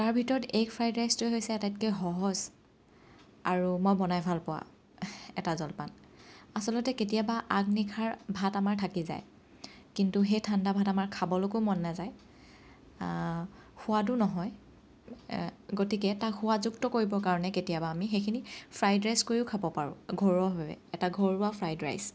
তাৰ ভিতৰত egg fried ৰাইচটোৱে হৈছে আটাইতকৈ সহজ আৰু মই বনাই ভাল পোৱা এটা জলপান আচলতে কেতিয়াবা আগনিশাৰ ভাত আমাৰ থাকি যায় কিন্তু সেই ঠাণ্ডা ভাত আমাৰ খাবলৈকো মন নাযায় সোৱাদো নহয় গতিকে তাক সোৱাদযুক্ত কৰিবৰ কাৰণে কেতিয়াবা আমি সেইখিনি ফ্ৰাইড ৰাইচ কৰিও খাব পাৰোঁ ঘৰুৱাভাৱে এটা ঘৰুৱা ফ্ৰাইড ৰাইচ